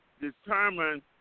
Determine